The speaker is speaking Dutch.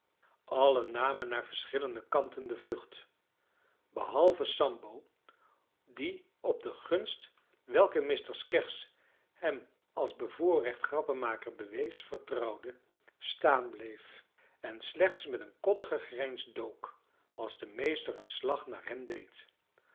allen namen naar verschillende kanten de vlucht behalve sambo die op de gunst welke mr skeggs hem als bevoorrecht grappenmaker bewees vertrouwende staan bleef en slechts met een koddige grijns dook als de meester een slag naar hem deed